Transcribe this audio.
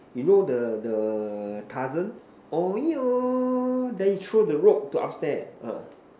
you know the the Tarzan then he throw the rope to upstairs